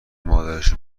مادرشو